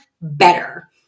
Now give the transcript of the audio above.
better